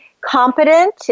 competent